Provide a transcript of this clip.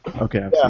Okay